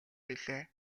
билээ